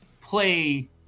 play –